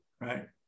right